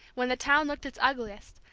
when the town looked its ugliest,